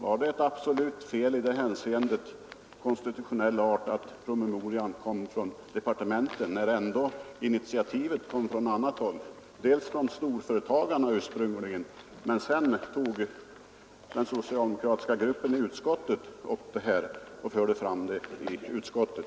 Var det ett absolut fel av konstitutionell art att promemorian skrevs i departementet, när initiativet ändå kom från annat håll? Förslaget kom ursprungligen från storföretagarna, men sedan tog den socialdemokratiska gruppen i utskottet upp det och förde fram det i utskottet.